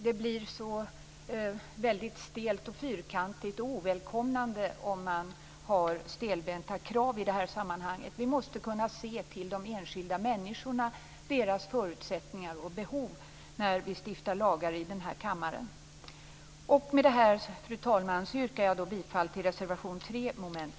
Det blir så stelt, fyrkantigt och ovälkomnande om man har stelbenta krav i det här sammanhanget. Vi måste kunna se till de enskilda människorna och deras förutsättningar och behov när vi stiftar lagar här i kammaren. Fru talman! Med detta yrkar jag bifall till reservation 3 under mom. 1.